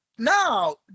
Now